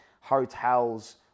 hotels